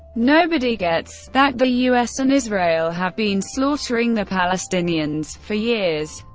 nobody gets. that the u s. and israel have been slaughtering the palestinians. for years.